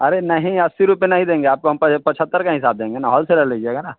अरे नहीं अस्सी रुपये नही देंगे आपको हम पच पचहत्तर का हिसाब देंगे न हॉलसेलर लिजीएगा न